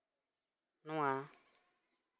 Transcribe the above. ᱱᱚᱣᱟ